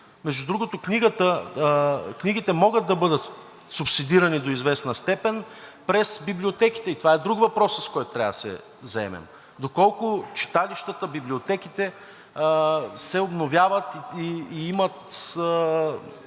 между другото, книгите могат да бъдат субсидирани до известна степен през библиотеките и това е друг въпрос, с който трябва да се заемем. Доколко читалищата, библиотеките се обновяват и имат